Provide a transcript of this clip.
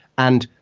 and